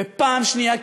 ופעם שנייה,